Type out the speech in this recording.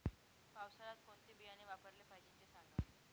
पावसाळ्यात कोणते बियाणे वापरले पाहिजे ते सांगा